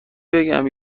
بگم